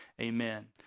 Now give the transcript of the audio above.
amen